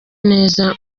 neza